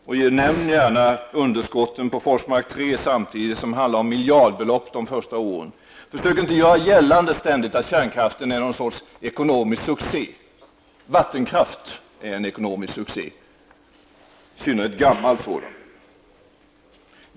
Nämn gärna samtidigt underskotten på Forsmark 3 som uppgår till miljardbelopp de första åren! Försök inte ständigt göra gällande att kärnkraften är någon sorts ekonomisk succé. Vattenkraften är en ekonomisk succé, i synnerhet gammal sådan.